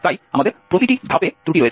তাই আমাদের প্রতিটি ধাপে ত্রুটি রয়েছে